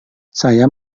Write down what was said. saya